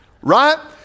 right